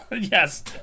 Yes